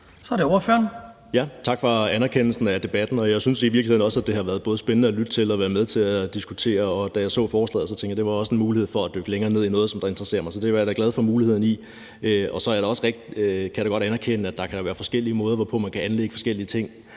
W. Frølund (LA): Tak for anerkendelsen af debatten, og jeg synes i virkeligheden også, det har været både spændende at lytte til og være med til at diskutere. Da jeg så forslaget, tænkte jeg, at det også var en mulighed for at dykke længere ned i noget, som interesserer mig, så det var jeg da glad for muligheden for. Jeg kan da godt anerkende, at der kan være forskellige måder, hvorpå man kan anlægge sit syn på de ting